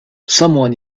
someone